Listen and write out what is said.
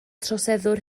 troseddwr